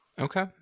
Okay